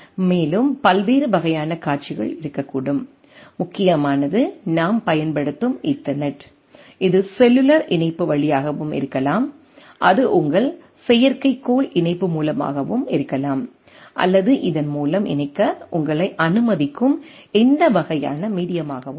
மேலும் பல்வேறு வகையான காட்சிகள் இருக்கக்கூடும் முக்கியமானது நாம் பயன்படுத்தும் ஈதர்நெட் இது செல்லுலார் இணைப்பு வழியாக இருக்கலாம் அது உங்கள் செயற்கைக்கோள் இணைப்பு மூலமாகவும் இருக்கலாம் அல்லது இதன் மூலம் இணைக்க உங்களை அனுமதிக்கும் எந்த வகையான மீடியாவாகவும் இருக்கலாம்